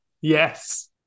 Yes